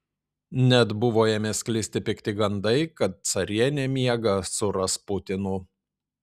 net buvo ėmę sklisti pikti gandai kad carienė miega su rasputinu